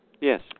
Yes